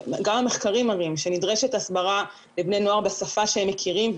גם המחקרים מראים שנדרשת הסברה לבני נוער בשפה שהם מכירים,